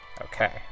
Okay